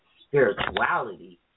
spirituality